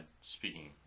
speaking